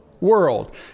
World